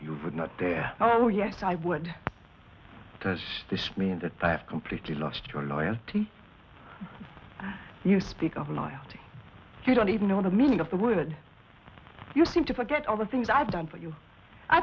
you're not there oh yes i would does this mean that i have completely lost your loyalty you speak of loyalty you don't even know the meaning of the word you seem to forget all the things i've done for you i